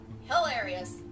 hilarious